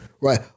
right